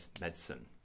medicine